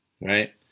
right